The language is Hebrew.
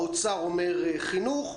האוצר אומר חינוך.